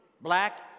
Black